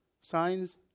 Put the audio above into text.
signs